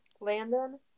Landon